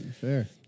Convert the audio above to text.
Fair